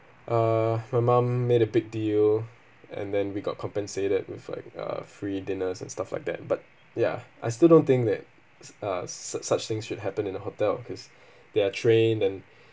uh my mum made a big deal and then we got compensated with like a free dinners and stuff like that but ya I still don't think that s~ uh such such things should happen in a hotel because they are trained and